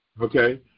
Okay